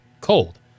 cold